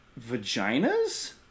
vaginas